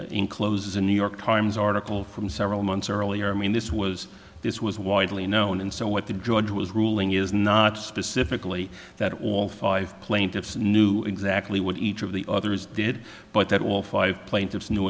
encloses a new york times article from several months earlier i mean this was this was widely known and so what the judge was ruling is not specifically that all five plaintiffs knew exactly what each of the others did but all five plaintiffs knew